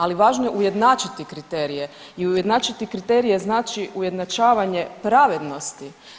Ali, važno je ujednačiti kriterije i ujednačiti kriterije znači ujednačavanje pravednosti.